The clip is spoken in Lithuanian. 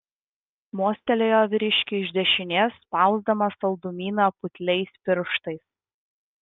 mostelėjo vyriškiui iš dešinės spausdamas saldumyną putliais pirštais